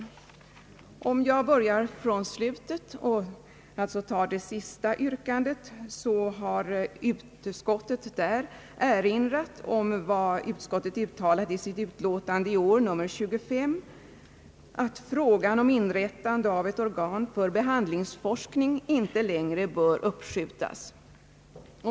Om jag börjar från slutet och alltså tar det sista yrkandet först, kan jag nämna att utskottet erinrat om vad det uttalat i sitt utlåtande nr 25 i år, nämligen att frågan om inrättande av ett organ för behandlingsforskning inte längre bör uppskjutas.